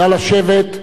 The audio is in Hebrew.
נא לשבת.